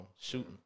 shooting